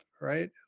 right